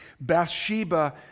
Bathsheba